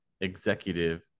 executive